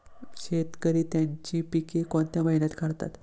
शेतकरी त्यांची पीके कोणत्या महिन्यात काढतात?